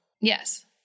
Yes